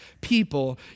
people